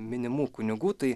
minimų kunigų tai